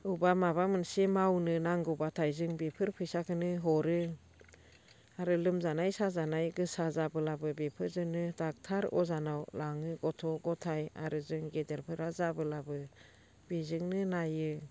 बबेबा माबा मोनसे मावनो नांगौबाथाय जों बेफोर फैसाखौनो हरो आरो लोमजानाय साजानाय गोसा जाब्लाबो बेफोरजोंनो दक्ट'र अजानाव लाङो गथ' गथाय आरो जों गेदेरफोरा जाब्लाबो बेजोंनो नायो